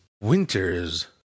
winters